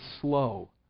slow